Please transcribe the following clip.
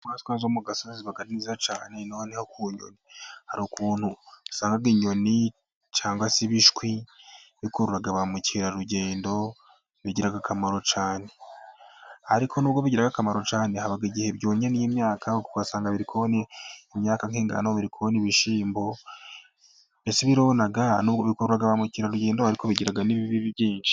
Inyamanswa zo mu gasozi, ziba ari nziza cyane, noneho hari ukuntu usanga inyoni cyangwa se ibishwi, bikurura bamukerarugendo bigira akamaro cyane, ariko n'ubwo bigira akamaro cyane, haba igihe byonnye n'imyaka, ugsanga birikona imyaka, nk'ingano biri kona ibishyimbo, mbese birona n'ubwo bikurura bamukerarugendo, ariko bigira n'ibibi byinshi.